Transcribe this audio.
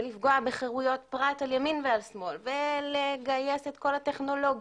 ולפגוע בחירויות פרט על ימין ועל שמאל ולגייס את כל הטכנולוגיות,